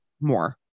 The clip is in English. more